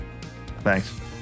Thanks